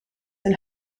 and